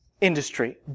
industry